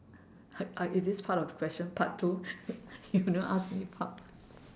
h~ uh is this part of the question part two you never ask me part